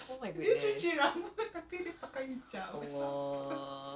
bodoh kan